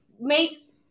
makes